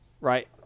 right